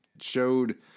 showed